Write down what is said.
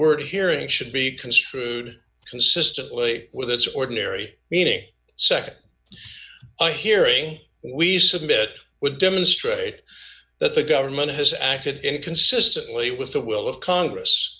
word hearing should be construed consistently with its ordinary meeting nd a hearing we submit would demonstrate that the government has acted inconsistently with the will of congress